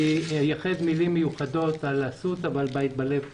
בהמשך אני אייחד מלים מיוחדות על אסותא ועל בית בלב.